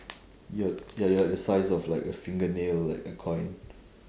you're you're you're the size of like a fingernail like a coin